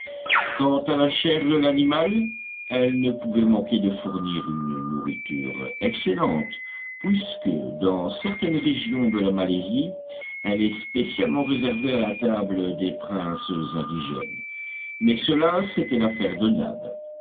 quant à la chair de l'animal elle ne pouvait manquer de fournir une nourriture excellente puisque dans certaines régions de la malaisie elle est spécialement réservée à la table des princes indigènes mais cela c'était l'affaire de nab